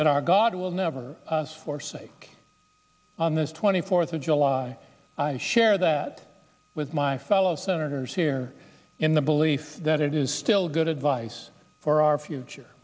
that our god will never forsake on this twenty fourth of july i share that with my fellow senators here in the belief that it is still good advice for our future